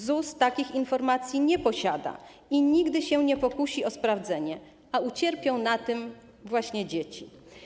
ZUS takich informacji nie posiada i nigdy się nie pokusi o sprawdzenie, a ucierpią na tym właśnie dzieci.